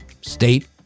state